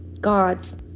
God's